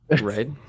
Right